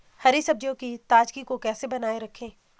हरी सब्जियों की ताजगी को कैसे बनाये रखें?